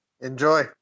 Enjoy